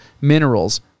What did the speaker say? minerals